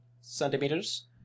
centimeters